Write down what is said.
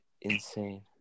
Insane